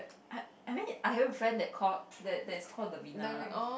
I I mean I have a friend that call that that's called Davina lah